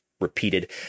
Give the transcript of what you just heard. repeated